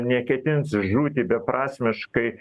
neketins žūti beprasmiškai